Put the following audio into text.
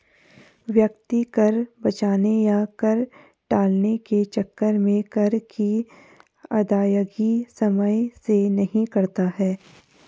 व्यक्ति कर बचाने या कर टालने के चक्कर में कर की अदायगी समय से नहीं करता है